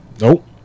Nope